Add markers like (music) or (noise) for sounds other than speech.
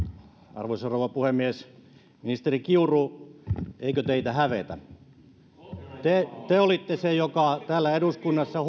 arvoisa rouva puhemies ministeri kiuru eikö teitä hävetä te te olitte se joka täällä eduskunnassa (unintelligible)